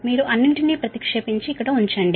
మీరు అన్నింటినీ ప్రతిక్షేపించి ఇక్కడ ఉంచండి